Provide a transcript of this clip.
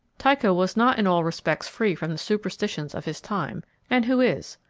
tycho was not in all respects free from the superstitions of his time and who is?